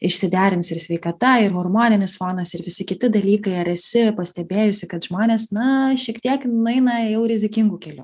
išsiderins ir sveikata ir hormoninis fonas ir visi kiti dalykai ar esi pastebėjusi kad žmonės na šiek tiek nueina jau rizikingu keliu